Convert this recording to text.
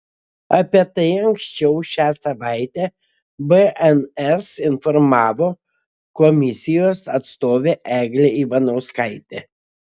apie tai anksčiau šią savaitę bns informavo komisijos atstovė eglė ivanauskaitė